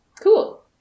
Cool